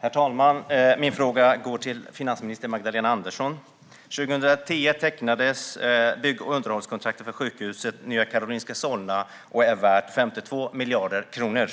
Herr talman! Min fråga går till finansminister Magdalena Andersson. År 2010 tecknades bygg och underhållskontraktet för sjukhuset Nya Karolinska Solna. Kontraktet är värt 52 miljarder kronor.